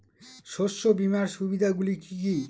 শস্য বীমার সুবিধা গুলি কি কি?